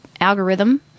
algorithm